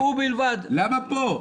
למה פה?